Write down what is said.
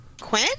Quinn